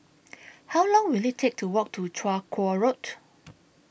How Long Will IT Take to Walk to Chong Kuo Road